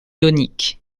ioniques